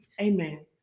Amen